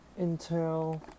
Intel